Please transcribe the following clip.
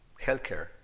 healthcare